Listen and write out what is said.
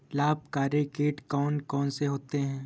लाभकारी कीट कौन कौन से होते हैं?